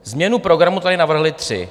Změnu programu tady navrhli tři.